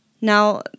Now